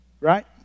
right